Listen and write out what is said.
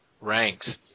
ranks